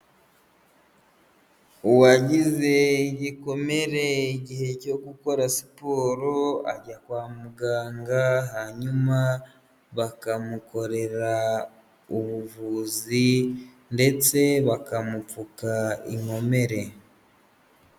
Uwagize igikomere igihe cyo gukora siporo ajya kwa muganga, hanyuma bakamukorera ubuvuzi ndetse bakamupfuka inkomere.